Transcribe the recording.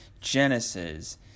Genesis